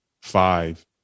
five